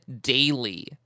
daily